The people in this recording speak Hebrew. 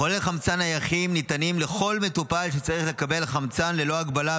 מחוללי חמצן נייחים ניתנים לכל מטופל שצריך לקבל חמצן ללא הגבלה,